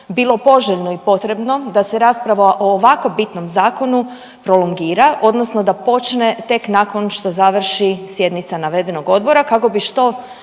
bilo poželjno i potrebno da se rasprava o ovako bitnom zakonu prolongira odnosno da počne tek nakon što završi sjednica navedenog odbora kako bi što